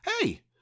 hey